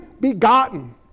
begotten